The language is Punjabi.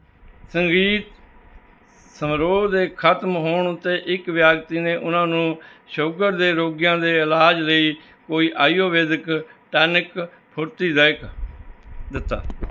ਸੰਗੀਤ ਸਮਾਰੋਹ ਦੇ ਖਤਮ ਹੋਣ ਉੱਤੇ ਇੱਕ ਵਿਅਕਤੀ ਨੇ ਉਨ੍ਹਾਂ ਨੂੰ ਸ਼ੂਗਰ ਦੇ ਰੋਗੀਆਂ ਦੇ ਇਲਾਜ ਲਈ ਕੋਈ ਆਯੁਰਵੇਦਿਕ ਟਾਨਿਕ ਫੁਰਤੀਦਾਇਕ ਦਿੱਤਾ